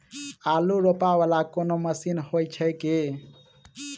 आलु रोपा वला कोनो मशीन हो छैय की?